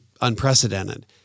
unprecedented